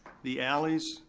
the alleys,